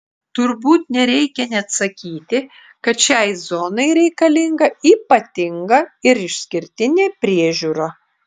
turbūt nereikia net sakyti kad šiai zonai reikalinga ypatinga ir išskirtinė priežiūra